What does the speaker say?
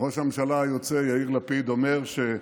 ראש הממשלה היוצא יאיר לפיד, אומר: